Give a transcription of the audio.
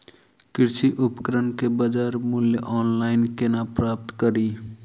कृषि उपकरण केँ बजार मूल्य ऑनलाइन केना प्राप्त कड़ी?